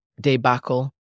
debacle